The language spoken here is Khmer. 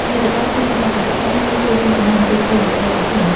មាតិកា គឺមានលក្ខណៈស្រាល ងាយស្រួលទស្សនា និងពោរពេញដោយក្តីសង្ឃឹម។